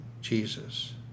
Jesus